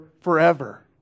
forever